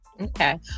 Okay